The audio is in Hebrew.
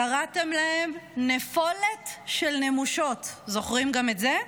קראתם להם "נפולת של נמושות", זוכרים גם את זה?